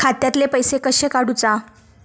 खात्यातले पैसे कशे काडूचा?